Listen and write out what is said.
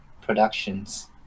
productions